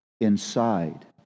inside